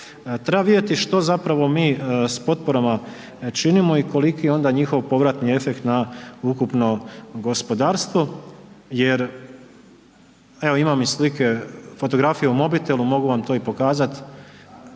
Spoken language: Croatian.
Treba vidjeti što zapravo mi s potporama činimo i koliki je onda njihov povratni efekt na ukupno gospodarstvo jer imam i slike, fotografije u mobitelu, mogu vam to i pokazat,